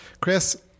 Chris